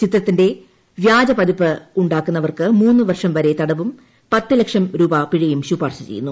ചിത്രത്തിന്റെ വ്യാജ പതിപ്പ് ഉണ്ടാക്കുന്റ്റ്വർക്കിട് മുന്ന് വർഷം വരെ തടവും പത്തു ലക്ഷം രൂപ പിഴയും ശുപാർശ ചെയ്യുന്നു